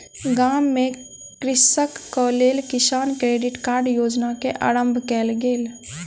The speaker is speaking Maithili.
गाम में कृषकक लेल किसान क्रेडिट कार्ड योजना के आरम्भ कयल गेल